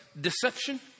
deception